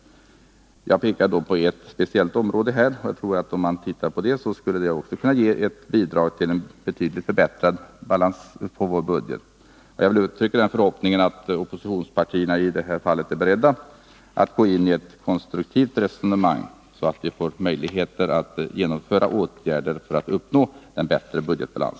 Jag har här pekat på ett speciellt område, och jag tror att förändringar på bostadsområdet skulle kunna ge ett bidrag till en betydligt bättre balanserad budget. Jag vill också uttrycka den förhoppningen, att oppositionspartierna i detta fall är beredda att gå in i ett konstruktivt resonemang, så att vi får möjligheter att genomföra åtgärder för att uppnå en bättre budgetbalans.